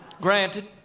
Granted